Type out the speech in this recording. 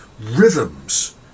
rhythms